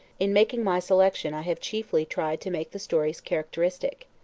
in making my selection i have chiefly tried to make the stories characteristic.